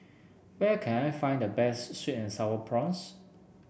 where can I find the best sweet and sour prawns